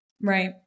Right